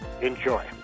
Enjoy